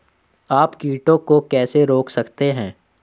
आप कीटों को कैसे रोक सकते हैं?